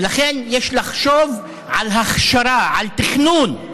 ולכן, יש לחשוב על הכשרה, על תכנון,